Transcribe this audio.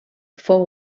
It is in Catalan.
fou